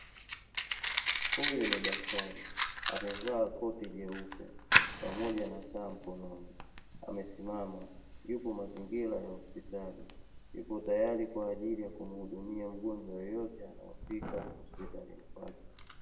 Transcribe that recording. Huyu ni daktari, amevaa koti jeupe, pamoja na saa mkononi. Amesimama yupo mazingira ya hospitali, yupo tayari kwa ajili ya kumuhudumia mgonjwa yoyote anayefika hospitalini kwake.